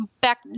back